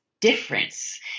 Difference